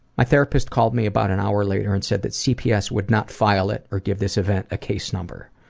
my therapist called me about an hour later and said that cps would not file it or give this event a case number.